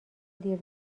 دیر